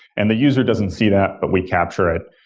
and the user doesn't see that, but we capture it,